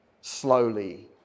slowly